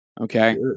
Okay